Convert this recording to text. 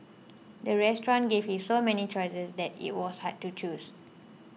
the restaurant gave it so many choices that it was hard to choose